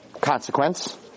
Consequence